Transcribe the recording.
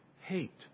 hate